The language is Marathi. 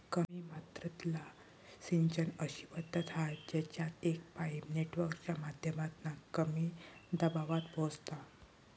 कमी मात्रेतला सिंचन अशी पद्धत हा जेच्यात एक पाईप नेटवर्कच्या माध्यमातना कमी दबावात पोचता